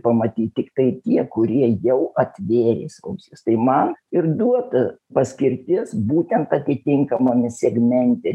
pamatyt tiktai tie kurie jau atvėręs ausis tai man ir duota paskirtis būtent atitinkamame segmente